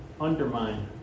undermine